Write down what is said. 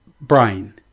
brain